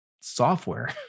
software